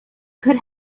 could